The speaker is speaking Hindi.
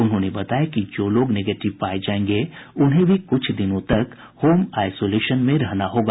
उन्होंने बताया कि जो लोग निगेटिव पाये जायेंगे उन्हें भी कुछ दिनों तक होम आईसोलेशन में रहना होगा